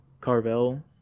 Carvel